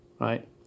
right